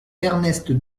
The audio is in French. ernest